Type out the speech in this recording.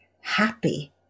happy